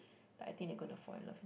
I think they gonna fall in love